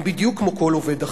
הם בדיוק כמו כל עובד אחר.